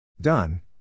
Done